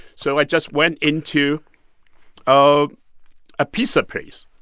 so i just went into ah a pizza place,